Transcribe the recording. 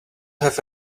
have